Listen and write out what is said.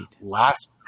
last